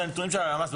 זה הנתונים של הלמ"ס,